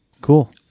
cool